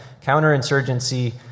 counterinsurgency